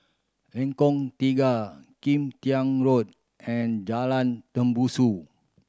Lengkong Tiga Kim Tian Road and Jalan Tembusu